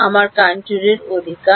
আমার কনট্যুর অধিকার